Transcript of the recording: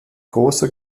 großer